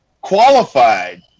qualified